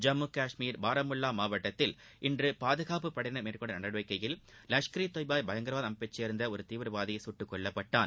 ஜம்மு கஷ்மீர் பாரமுல்லா மாவட்டத்தில் இன்று பாதுகாப்புப்படையினர் மேற்கொண்ட நடவடிக்கையில் லஷ்கர் ஈ தொய்பா பயங்கரவாத அமைப்பைச்சேர்ந்த ஒரு தீவிரவாதி சுட்டுக்கொல்லப்பட்டான்